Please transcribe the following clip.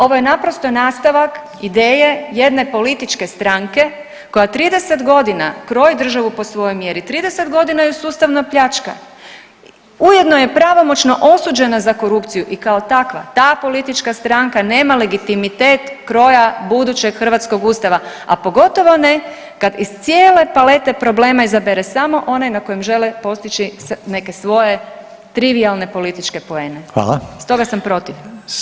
Ovo je naprosto nastavak ideje jedne političke stranke koja 30 godina kroji državu po svojoj mjeri, 30 godinu ju sustavno pljačka, ujedno je pravomoćno osuđena za korupciju i kao takva ta politička stranka nema legitimitet kroja budućeg hrvatskog Ustava, a pogotovo ne kad iz cijele palete problema izabere samo onaj na kojem žele postići neke svoje trivijalne političke poene [[Upadica: Hvala.]] stoga sam protiv.